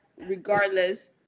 regardless